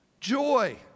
Joy